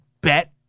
bet